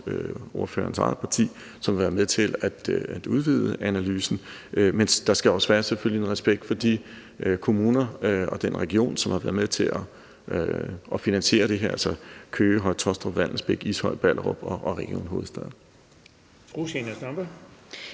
ordførerens eget parti – til at udvide analysen. Men der skal selvfølgelig også være en respekt for de kommuner og den region, som har været med til at finansiere det her, altså Køge, Høje-Taastrup, Vallensbæk, Ishøj, Ballerup og Region Hovedstaden.